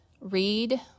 read